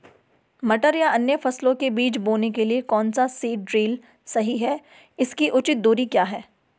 मटर या अन्य फसलों के बीज बोने के लिए कौन सा सीड ड्रील सही है इसकी उचित दूरी क्या है?